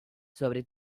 sobre